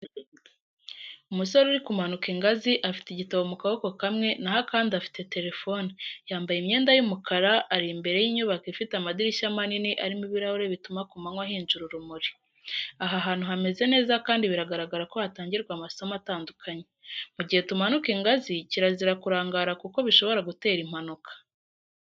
Umusore uri kumanuka ingazi afite igitabo mu kaboko kamwe naho akandi afite telefone. Yambaye imyenda y’umukara, ari imbere y’inyubako ifite amadirishya manini arimo ibirahure bituma ku manywa hinjira urumuri. Aha hantu hameze neza kandi biragaragara ko hatangirwa amasomo atandukanye. Mu gihe tumanuka ingazi kirazira kurangara kuko bishobora gutera impanuka.